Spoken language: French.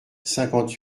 cinquante